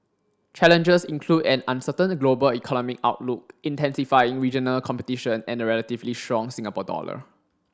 challenges include an uncertain global economic outlook intensifying regional competition and a relatively strong Singapore dollar